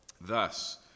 Thus